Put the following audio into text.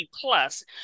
plus